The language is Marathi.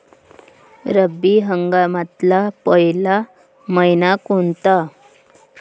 रब्बी हंगामातला पयला मइना कोनता?